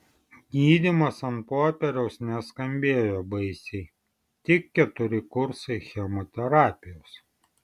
gydymas ant popieriaus neskambėjo baisiai tik keturi kursai chemoterapijos